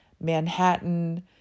Manhattan